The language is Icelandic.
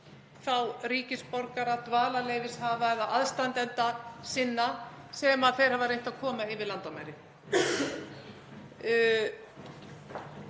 ríkisborgara, dvalarleyfishafa eða aðstandenda sinna sem þau hafa reynt að koma yfir landamæri.